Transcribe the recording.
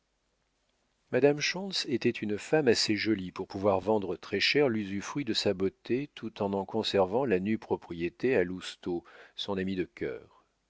schontz était une femme assez jolie pour pouvoir vendre très-cher l'usufruit de sa beauté tout en en conservant la nue propriété à lousteau son ami de cœur